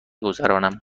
گذرانم